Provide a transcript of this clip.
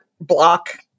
block